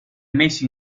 messi